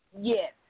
Yes